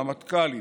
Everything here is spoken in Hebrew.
רמטכ"לים,